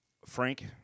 Frank